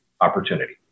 opportunity